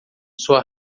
sua